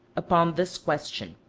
upon this question